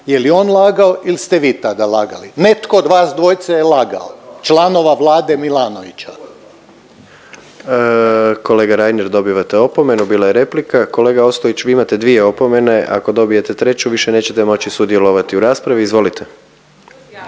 je li on lagao ili ste vi tada lagali? Netko od vas dvojice je lagao, članova Vlade Milanovića. **Jandroković, Gordan (HDZ)** Kolega Reiner dobivate opomenu bila je replika. Kolega Ostojić vi imate dvije opomene, ako dobijete treću više nećete moći sudjelovati u raspravi. Izvolite.